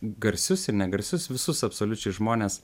garsius ir negarsius visus absoliučiai žmones